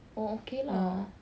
oh okay lah